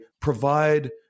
provide